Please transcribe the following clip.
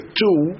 two